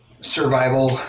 survival